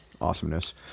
awesomeness